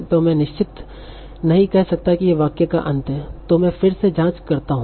तों मैं निश्चित नहीं कह सकता कि यह वाक्य का अंत है तो मैं फिर से जांच करता हूं